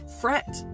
fret